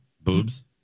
Boobs